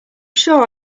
sure